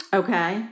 okay